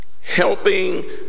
helping